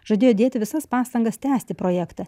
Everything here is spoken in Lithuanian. žadėjo dėti visas pastangas tęsti projektą